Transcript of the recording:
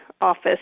office